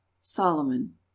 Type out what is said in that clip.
Solomon